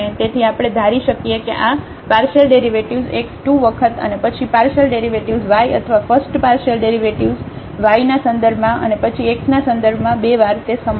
તેથી આપણે ધારી શકીએ કે આ પાર્શિયલ ડેરિવેટિવ્ઝ x 2 વખત અને પછી પાર્શિયલ ડેરિવેટિવ્ઝ y અથવા ફસ્ટ પાર્શિયલ ડેરિવેટિવ્ઝ y ના સંદર્ભમાં અને પછી x ના સંદર્ભમાં 2 વાર તે સમાન છે